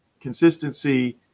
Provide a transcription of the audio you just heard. consistency